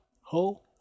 ho